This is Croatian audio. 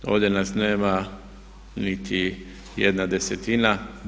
Ovdje nas nema niti jedna desetina.